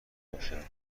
باشم